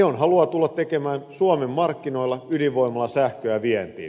on haluaa tulla tekemään suomen markkinoilla ydinvoimalasähköä vientiin